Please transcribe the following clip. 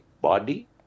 body